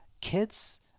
kids